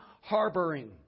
harboring